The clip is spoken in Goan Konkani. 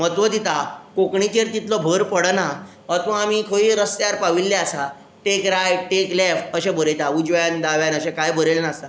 कोंकणीचेर तितलो भर पडना अथवा आमी खंयय रस्त्यार पाविल्ले आसा टेक रायट टेक लेफ्ट अशे बरयता उजव्यान दाव्यान अशे कांय बरयल्ले आसना